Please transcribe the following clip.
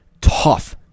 tough